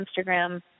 Instagram